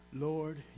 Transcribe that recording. Lord